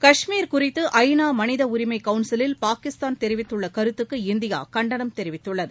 கஷ்மீர் குறித்து ஐ நா மனித உரிமை கவுன்சிலில் பாகிஸ்தான் தெரிவித்துள்ள கருத்துக்கு இந்தியா கண்டனம் தெரிவித்துள்ளது